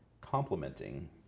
complementing